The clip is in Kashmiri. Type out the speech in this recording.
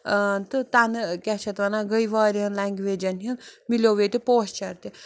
تہٕ تَنہٕ کیٛاہ چھِ اَتھ وَنان گٔے واریاہَن لنٛگویجَن ہُنٛد مِلیو ییٚتہِ تہِ پوسچَر تہِ